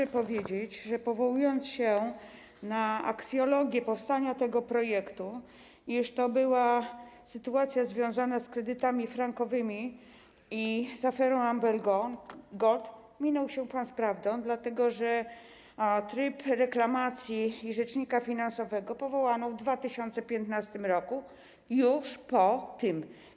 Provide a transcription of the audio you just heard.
Chciałabym powiedzieć, że powołując się na aksjologię powstania tego projektu, iż to była sytuacja związana z kredytami frankowymi i aferą Amber Gold, minął się pan z prawdą, dlatego że tryb reklamacji powstał i rzecznika finansowego powołano w 2015 r., czyli już po tym.